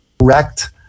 correct